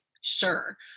Sure